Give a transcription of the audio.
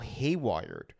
haywired